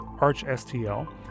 ArchSTL